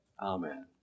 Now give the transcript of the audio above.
Amen